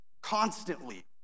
Constantly